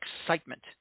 excitement